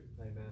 Amen